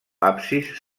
absis